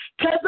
Cause